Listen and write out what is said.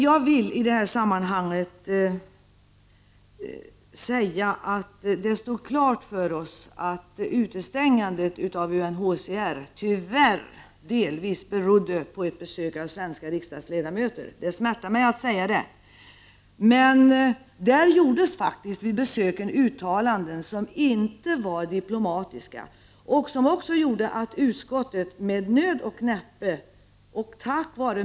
Jag vill i det här sammanhanget säga att det stod klart för oss att utestängandet av UNHCR tyvärr delvis berodde på ett besök av svenska riksdagsledamöter. Det smärtar mig att säga det, Prot. 1989/90:29 men vid det besöket gjordes uttalanden som inte var diplomatiska och som 20 november 1989 också gjorde att socialförsäkringsutskottet med nöd och näppe och tack vare.